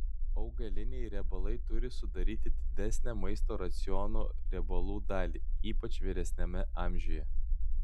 augaliniai riebalai turi sudaryti didesnę maisto raciono riebalų dalį ypač vyresniame amžiuje